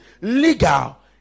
legal